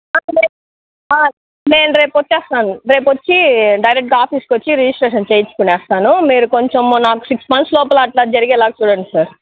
నేను రేపొచ్చేస్తాను రేపు వచ్చి డైరెక్టుగా ఆఫీసుకి వచ్చి రిజిస్ట్రేషన్ చేయించుకునేస్తాను మీరు కొంచెము నాకు సిక్స్ మంత్స్ లోపల అట్ల జరిగేలా చూడండి సార్